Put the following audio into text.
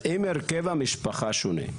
אז אם הרכב המשפחה שונה,